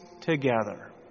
together